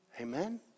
Amen